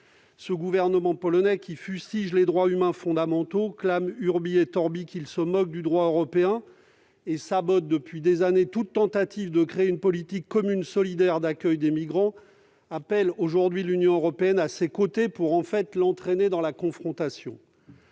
Ce gouvernement, qui fustige les droits humains fondamentaux, clame qu'il se moque du droit européen et sabote depuis des années toute tentative de créer une politique commune solidaire d'accueil des migrants appelle aujourd'hui l'Union européenne à se tenir à ses côtés, pour en fait l'entraîner dans la confrontation.